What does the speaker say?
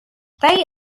they